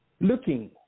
Looking